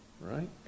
right